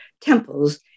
temples